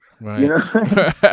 Right